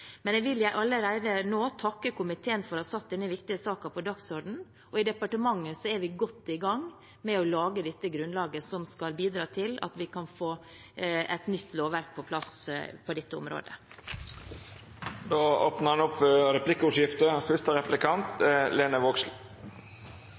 Men jeg vil allerede nå takke komiteen for å ha satt denne viktige saken på dagsordenen. I departementet er vi godt i gang med å lage dette grunnlaget som skal bidra til at vi kan få et nytt lovverk på plass på dette området. Det vert replikkordskifte.